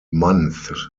months